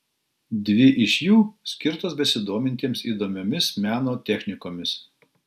dvi iš jų skirtos besidomintiems įdomiomis meno technikomis